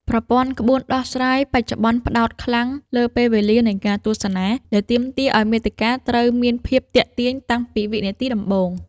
ប្រព័ន្ធក្បួនដោះស្រាយបច្ចុប្បន្នផ្ដោតខ្លាំងលើ ពេលវេលានៃការទស្សនា ដែលទាមទារឱ្យមាតិកាត្រូវមានភាពទាក់ទាញតាំងពីវិនាទីដំបូង។